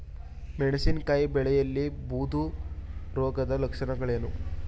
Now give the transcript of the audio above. ಮೆಣಸಿನಕಾಯಿ ಬೆಳೆಯಲ್ಲಿ ಬೂದು ರೋಗದ ಲಕ್ಷಣಗಳೇನು?